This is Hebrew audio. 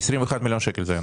(היו"ר ולדימיר בליאק) 21 מיליון שקלים.